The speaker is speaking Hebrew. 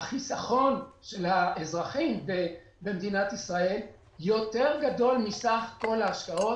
החיסכון של האזרחים במדינת ישראל יותר גדול מסך כל ההשקעות.